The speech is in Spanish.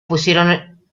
pusieron